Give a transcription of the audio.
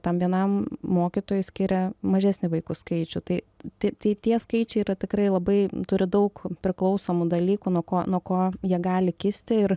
tam vienam mokytojui skiria mažesnį vaikų skaičių tai tai tai tie skaičiai yra tikrai labai turi daug priklausomų dalykų nuo ko nuo ko jie gali kisti ir